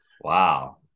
Wow